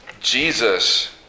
Jesus